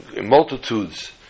multitudes